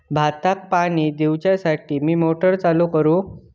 भाताक पाणी दिवच्यासाठी मी मोटर चालू करू?